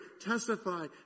Testify